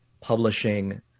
publishing